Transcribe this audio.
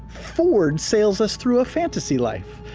fjord sails us through a fantasy life,